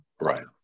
Right